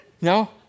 No